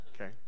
Okay